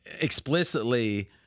explicitly